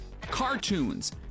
cartoons